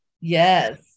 Yes